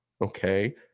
okay